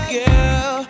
girl